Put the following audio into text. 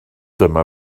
dyma